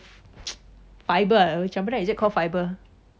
fiber ah chempedak is it called fiber